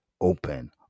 open